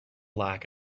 lack